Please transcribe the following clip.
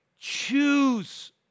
Choose